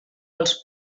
els